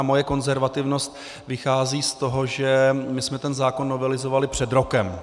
Moje konzervativnost vychází z toho, že jsme ten zákon novelizovali před rokem.